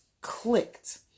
clicked